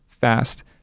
fast